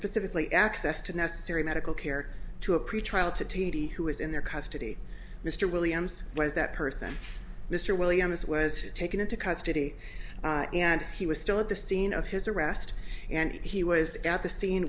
specifically access to necessary medical care to a pretrial to t d who was in their custody mr williams was that person mr williams was taken into custody and he was still at the scene of his arrest and he was at the scene